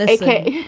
ok,